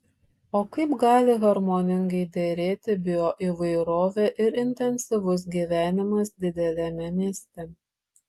o kaip gali harmoningai derėti bioįvairovė ir intensyvus gyvenimas dideliame mieste